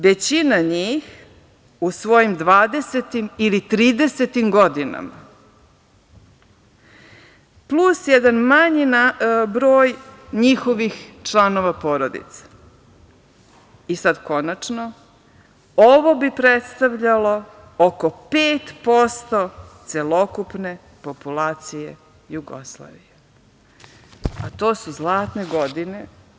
Većina njih u svojim dvadesetim ili tridesetim godinama plus jedan manji broj njihovih članova porodice i sad konačno ovo bi predstavljalo oko 5% celokupne populacije Jugoslavije, a to su zlatne godine.